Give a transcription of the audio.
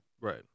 Right